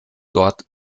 dort